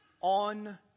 On